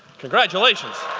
congratulations!